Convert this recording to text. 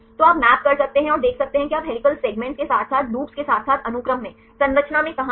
तो आप मैप कर सकते हैं और देख सकते हैं कि आप हेलिकल सेगमेंट के साथ साथ लूप्स के साथ साथ अनुक्रम में संरचना में कहां हैं